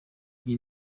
iyi